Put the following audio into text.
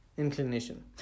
inclination